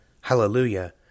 Hallelujah